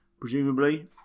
Presumably